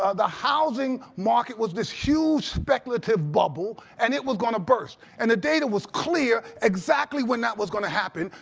ah the housing market was this huge speculative bubble. and it was going to burst. and the data was clear exactly when that was going to happen,